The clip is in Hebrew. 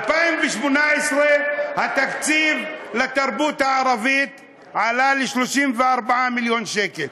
ב-2018 התקציב לתרבות הערבית עלה ל-34 מיליון שקל.